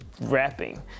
rapping